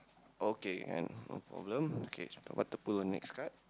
okay and no problem okay what to put in next card